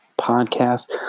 podcast